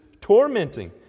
tormenting